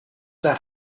that